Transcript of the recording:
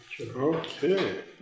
Okay